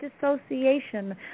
dissociation